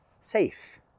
safe